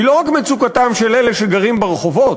היא לא רק מצוקתם של אלה שגרים ברחובות,